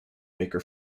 baker